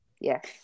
yes